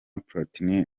platini